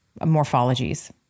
morphologies